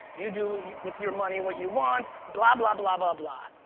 you do with your money what you want, blah blah blah blah blah,